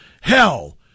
Hell